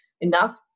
enough